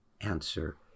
answer